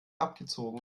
abgezogen